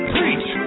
Preach